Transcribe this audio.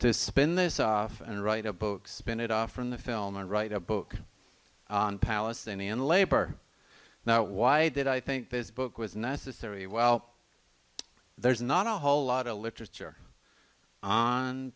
to spin this off and write a book spin it off from the film and write a book on palestinian labor now why did i think this book was necessary well there's not a whole lot of literature on